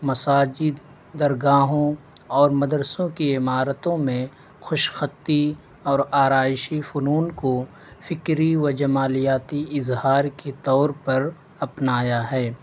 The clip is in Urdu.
مساجد درگاہوں اور مدرسوں کی عمارتوں میں خوش خطی اور آرائشی فنون کو فکری و جمالیاتی اظہار کے طور پر اپنایا ہے